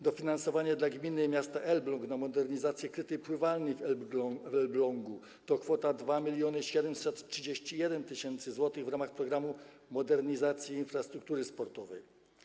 Dofinansowanie dla gminy i miasta Elbląg na modernizację krytej pływalni w Elblągu - kwota 2731 tys. zł w ramach „Programu modernizacji infrastruktury sportowej”